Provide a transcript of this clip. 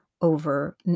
over